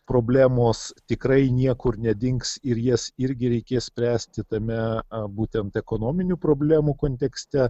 problemos tikrai niekur nedings ir jas irgi reikės spręsti tame būtent ekonominių problemų kontekste